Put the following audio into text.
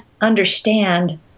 understand